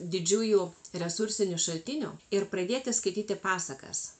didžiųjų resursinių šaltinių ir pradėti skaityti pasakas